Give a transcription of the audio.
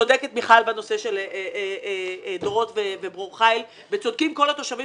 צודקת מיכל בנושא של דורות וברור חיל וצודקים כל התושבים